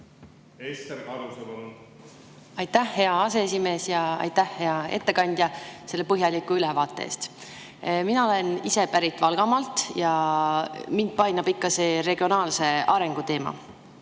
Ester Karuse, palun! Aitäh, hea aseesimees! Aitäh, hea ettekandja, selle põhjaliku ülevaate eest! Mina ise olen pärit Valgamaalt ja mind painab ikka see regionaalse arengu teema.